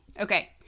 Okay